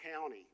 County